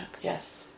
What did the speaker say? Yes